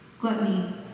gluttony